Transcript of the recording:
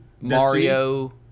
Mario